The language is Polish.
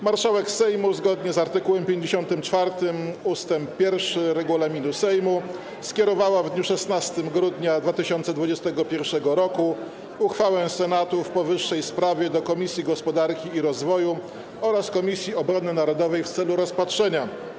Marszałek Sejmu, zgodnie z art. 54 ust. 1 regulaminu Sejmu, skierowała w dniu 16 grudnia 2021 r. uchwałę Senatu w powyższej sprawie do Komisji Gospodarki i Rozwoju oraz Komisji Obrony Narodowej w celu rozpatrzenia.